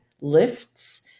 lifts